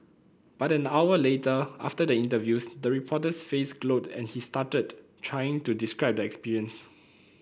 but an hour later after the interviews the reporter's face glowed and he stuttered trying to describe the experience